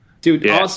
Dude